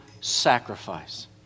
sacrifice